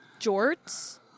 Jorts